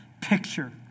picture